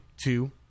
two